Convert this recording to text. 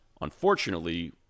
Unfortunately